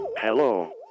Hello